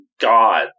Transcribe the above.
god